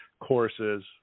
courses